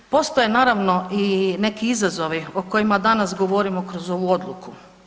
Postoje naravno i neki izazovi o kojima danas govorimo kroz ovu odluku.